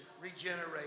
regenerate